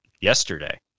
Yesterday